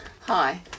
Hi